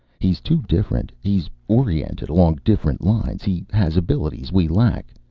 he's too different. he's oriented along different lines. he has abilities we lack.